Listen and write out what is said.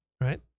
right